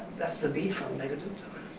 that's the beat from meghaduta.